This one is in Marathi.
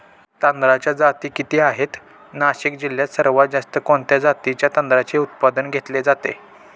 तांदळाच्या जाती किती आहेत, नाशिक जिल्ह्यात सर्वात जास्त कोणत्या जातीच्या तांदळाचे उत्पादन घेतले जाते?